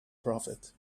prophet